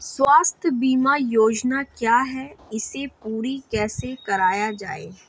स्वास्थ्य बीमा योजना क्या है इसे पूरी कैसे कराया जाए?